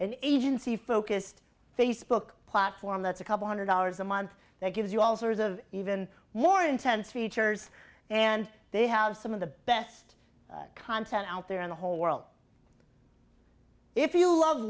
an agency focused facebook platform that's a couple hundred dollars a month that gives you all sorts of even more intense features and they have some of the best content out there in the whole world if you love